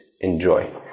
Enjoy